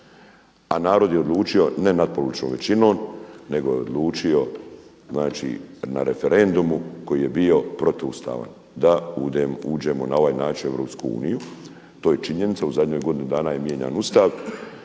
a narod je odlučio nenatpolovičnom većinom nego je odlučio na referendumu koji je bio protuustavan da uđemo na ovaj način u EU. To je činjenica, u zadnjih godinu dana je mijenjan Ustav,